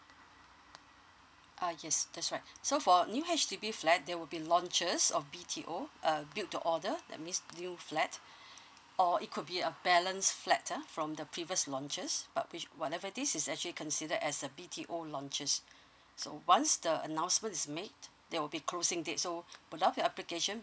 uh yes that's right so for new H_D_B flat there will be launches of B_T_O uh build to order that means new flat or it could be a balance flat ah um from the previous launches uh which whatever it is is actually consider as a B_T_O launches so once the announcement is made there will be closing date so put up your application